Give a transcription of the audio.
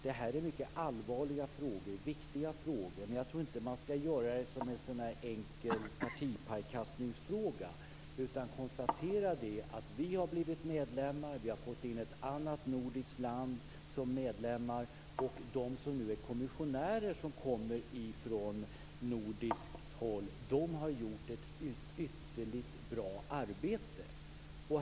Det här är mycket allvarliga och viktiga frågor. Jag tror inte att man skall göra det till en enkel partipajkastningsfråga. Man skall konstatera att vi har blivit medlemmar. Vi har fått in ett annat nordiskt land som medlem. Och de som nu är kommissionärer, som kommer från nordiskt håll, har gjort ett ytterligt bra arbete.